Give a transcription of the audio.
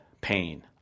pain